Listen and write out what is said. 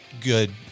good